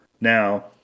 now